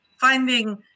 finding